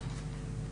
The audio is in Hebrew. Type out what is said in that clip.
שם: